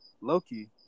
Loki